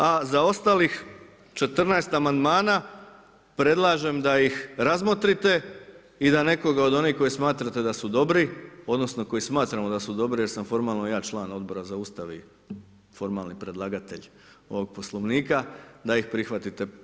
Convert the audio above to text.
A za ostalih 14 amandmana predlažem da ih razmotrite i da nekoga od onih koje smatrate da su dobri, odnosno koji smatramo da su dobri jer sam formalno ja član Odbora za Ustav i formalni predlagatelj ovog Poslovnika da ih prihvatite.